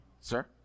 Sir